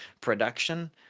production